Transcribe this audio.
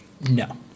No